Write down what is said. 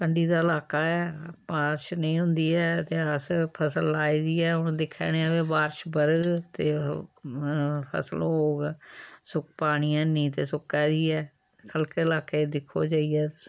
कंडी दा इलाका ऐ बारश निं होंदी ऐ ते अस फसल लाई दी ऐ हून दिक्खने आं बारश पौग ते ओह् फसल होग पानी ऐनी ते सुक्का ई ऐ खलके लाकै ई दिक्खो जाइयै